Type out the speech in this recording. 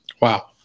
wow